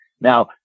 Now